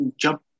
jump